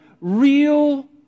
real